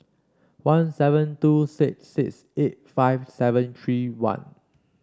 one seven two six six eight five seven three one